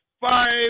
five